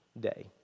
day